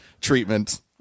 treatment